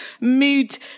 mood